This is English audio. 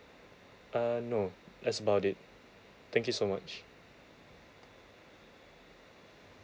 uh no that's about it thank you so much